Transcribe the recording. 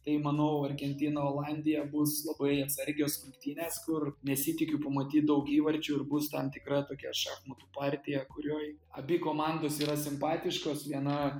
tai manau argentina olandija bus labai atsargios rungtynes kur nesitikiu pamatyt daug įvarčių ir bus tam tikra tokia šachmatų partija kurioj abi komandos yra simpatiškos viena